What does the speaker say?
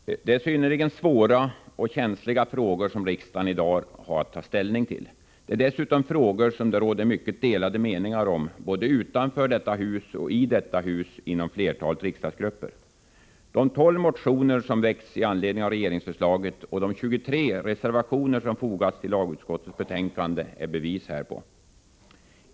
Herr talman! Det är synnerligen svåra och känsliga frågor som riksdagen i dag har att ta ställning till. Det är dessutom frågor som det råder mycket delade meningar om, såväl utanför som i detta hus, och inom flertalet riksdagsgrupper. De 12 motioner som väckts i anledning av regeringsförslaget och de 23 reservationer som fogats till lagutskottets betänkande är bevis härpå.